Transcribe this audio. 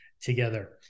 together